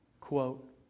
Quote